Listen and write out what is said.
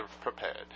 prepared